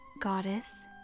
goddess